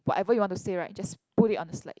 whatever you want to say right just put it on the slide